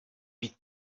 být